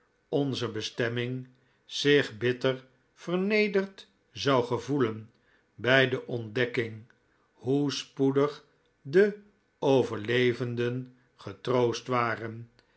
onzer bestemming zich bitter vernederd zou gevoelen bij de ontdekking hoe spoedig de overlevenden getroost waren